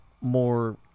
more